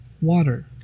water